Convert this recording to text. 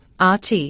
RT